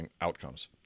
outcomes